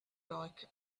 like